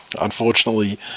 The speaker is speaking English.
unfortunately